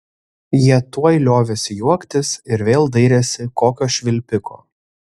jie tuoj liovėsi juoktis ir vėl dairėsi kokio švilpiko